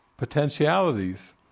potentialities